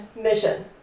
mission